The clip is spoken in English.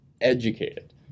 educated